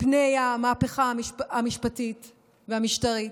מפני המהפכה המשפטית והמשטרית,